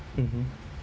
mmhmm